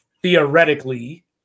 Theoretically